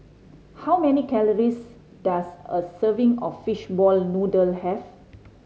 how many calories does a serving of fishball noodle have